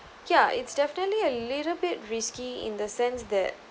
yeah it's definitely a little bit risky in the sense that